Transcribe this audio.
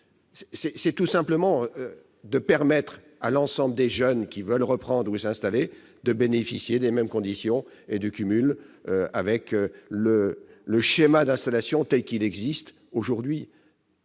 s'agit tout simplement de permettre à l'ensemble des jeunes qui veulent reprendre une exploitation ou s'installer de bénéficier des mêmes conditions et du cumul avec le schéma d'installation, tel qu'il existe aujourd'hui.